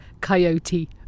coyote